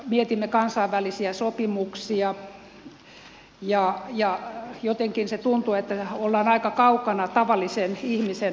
mietimme kansainvälisiä sopimuksia ja jotenkin tuntuu että olemme aika kaukana tavallisen ihmisen arjesta